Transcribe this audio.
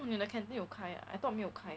你的 canteen 有开 ah I thought 没有开